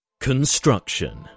Construction